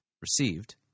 received